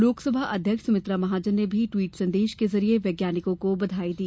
लोकसभा अध्यक्ष सुमित्रा महाजन ने भी ट्वीट संदेश के जरिये वैज्ञानिकों को बधाई दी